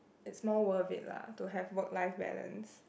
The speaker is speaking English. is more worth it lah to have work life balance